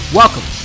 welcome